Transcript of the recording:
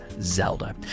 Zelda